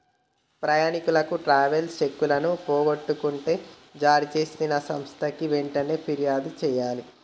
ప్రయాణీకులు ట్రావెలర్స్ చెక్కులను పోగొట్టుకుంటే జారీచేసిన సంస్థకి వెంటనే పిర్యాదు జెయ్యాలే